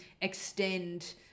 extend